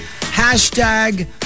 Hashtag